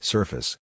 Surface